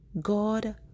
God